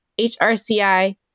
HRCI